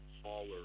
smaller